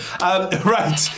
Right